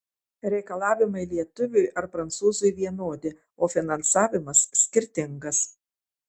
reikalavimai lietuviui ar prancūzui vienodi o finansavimas skirtingas